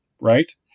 right